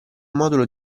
modulo